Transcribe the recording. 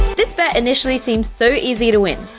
this bet initially seems so easy to win,